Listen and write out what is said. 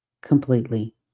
completely